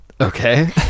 Okay